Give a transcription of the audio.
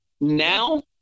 now